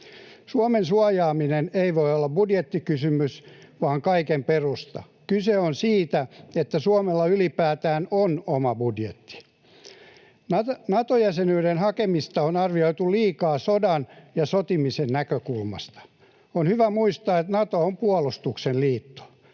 Suomen suojaaminen ei voi olla budjettikysymys, vaan se on kaiken perusta. Kyse on siitä, että Suomella ylipäätään on oma budjetti. Nato-jäsenyyden hakemista on arvioitu liikaa sodan ja sotimisen näkökulmasta. On hyvä muistaa, että Nato on puolustuksen liitto.